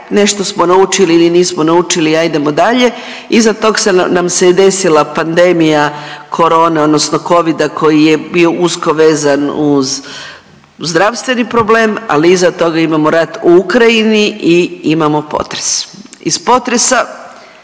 nešto smo naučili ili nismo naučili i ajdemo dalje, iza tog nam se desila pandemija korone odnosno covida koji je bio usko vezan uz zdravstveni problem, ali iza toga imamo rat u Ukrajini i imamo potres.